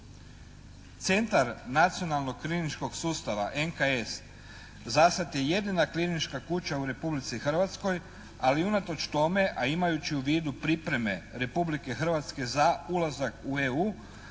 Centar Nacionalnog kliničkog sustava NKS za sad je jedina klinička kuća u Republici Hrvatskoj, ali unatoč tome, a imajući u vidu pripreme Republike Hrvatske za ulazak u EU